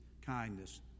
kindness